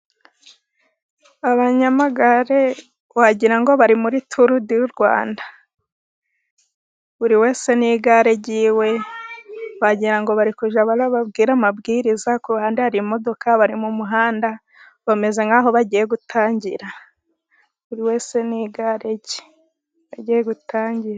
Abanyamagare wagira ngo bari muri turu di Rwanda, buri wese n'igare rye, wagira ngo bari kujya kubabwira amabwiriza. Ku ruhande hari imodoka, bari mu muhanda bameze nk'aho bagiye gutangira, buri wese n'igare rye, bagiye gutangira.